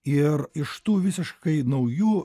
ir iš tų visiškai naujų